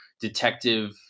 detective